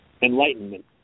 enlightenment